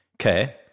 Okay